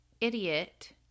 idiot